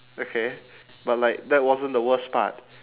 okay but like that wasn't the worst part